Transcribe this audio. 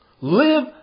Live